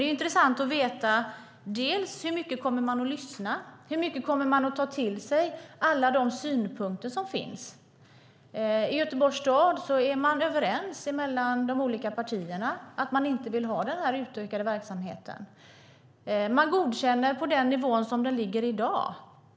Det är intressant att veta hur mycket man kommer att lyssna och ta till sig av alla de synpunkter som finns. I Göteborgs stad är man överens mellan de olika partierna om att man inte vill ha den utökade verksamheten. Man godkänner verksamheten på den nivå som den ligger i dag.